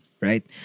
right